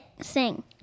Sing